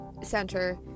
center